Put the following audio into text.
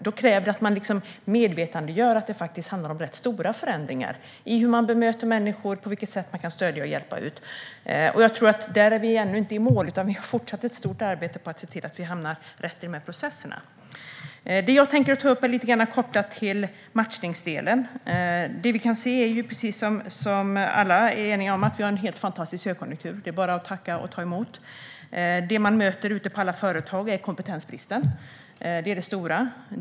Då krävs det att man medvetandegör att det handlar om rätt stora förändringar i hur man bemöter människor och på vilket sätt man kan stödja och hjälpa dem ut. Där är vi ännu inte i mål. Vi har fortsatt ett stort arbete att se till att vi hamnar rätt i processerna. Det jag tänker ta upp är lite grann kopplat till matchningsdelen. Det vi kan se är precis det som vi alla är eniga om, att vi har en helt fantastisk högkonjunktur. Det är bara att tacka och ta emot. Det man möter ute på alla företag är kompetensbristen. Det är det stora.